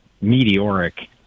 meteoric